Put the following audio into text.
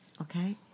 Okay